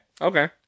okay